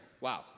Wow